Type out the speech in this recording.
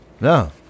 No